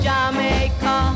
Jamaica